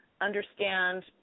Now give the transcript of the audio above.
understand